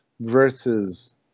versus